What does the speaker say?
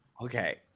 Okay